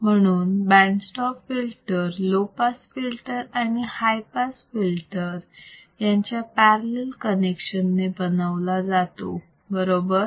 म्हणून band stop filter low pass filter आणि high pass filter यांच्या पॅरलल कनेक्शन ने बनवला जातो बरोबर